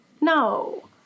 No